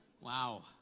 Wow